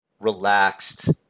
relaxed